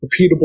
repeatable